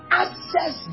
access